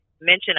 mention